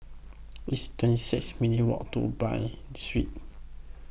It's twenty six minutes' Walk to Bain Street